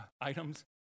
items